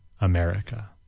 America